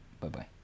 Bye-bye